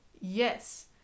Yes